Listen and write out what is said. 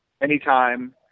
anytime